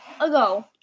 ago